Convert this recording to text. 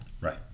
Right